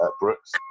Brooks